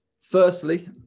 firstly